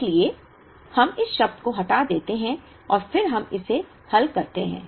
इसलिए हम इस शब्द को हटा देते हैं और फिर हम इसे हल करते हैं